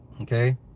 Okay